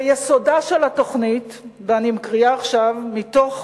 "ויסודה של התוכנית" ואני קוראת עכשיו מתוך